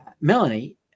Melanie